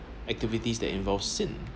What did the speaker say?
activities that involve sin